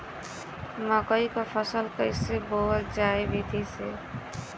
मकई क फसल कईसे बोवल जाई विधि से?